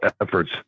efforts